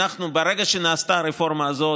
ברגע שנעשתה הרפורמה הזאת,